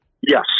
Yes